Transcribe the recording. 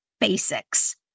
basics